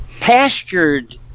pastured